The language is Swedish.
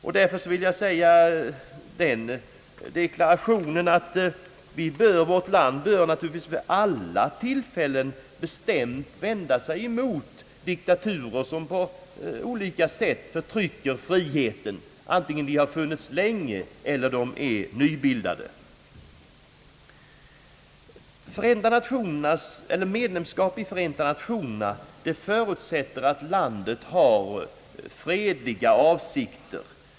Jag vill göra den deklarationen att vårt land naturligtvis vid alla tillfällen bestämt bör vända sig emot diktaturer, som på olika sätt förtrycker friheten, oavsett om dessa regimer funnits länge eller om de är nybildade. Medlemskap i Förenta Nationerna förutsätter att medlemslandet har fredliga avsikter.